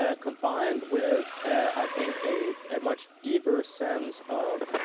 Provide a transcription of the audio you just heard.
ah combined with, i think, a much deeper sense of